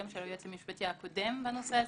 גם של היועץ המשפטי הקודם בנושא הזה,